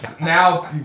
Now